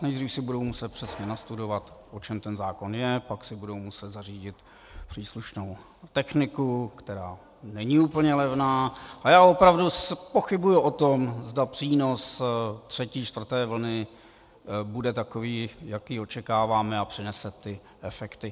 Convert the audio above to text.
Nejdřív si budou muset přesně nastudovat, o čem ten zákon je, pak si budou muset zařídit příslušnou techniku, která není úplně levná, a já opravdu pochybuji o tom, zda přínos třetí a čtvrté vlny bude takový, jaký očekáváme, a přinese ty efekty.